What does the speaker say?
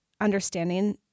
understanding